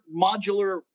modular